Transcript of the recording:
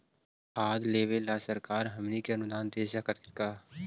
खाद लेबे सरकार हमनी के अनुदान दे सकखिन हे का?